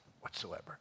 whatsoever